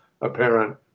apparent